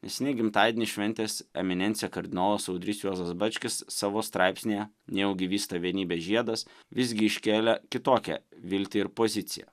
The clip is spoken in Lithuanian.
neseniai gimtadienį šventęs eminencija kardinolas audrys juozas bačkis savo straipsnyje nejaugi vysta vienybės žiedas visgi iškėlė kitokią viltį ir poziciją